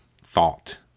thought